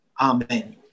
Amen